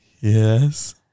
Yes